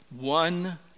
One